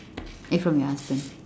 eh from your husband